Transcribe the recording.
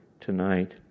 tonight